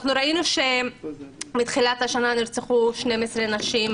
אנחנו ראינו שמתחילת השנה נרצחו 12 נשים,